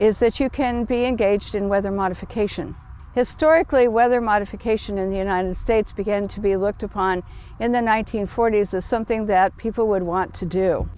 is that you can't be engaged in weather modification historically weather modification in the united states began to be looked upon and the one nine hundred forty s is something that people would want to do